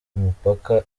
umupaka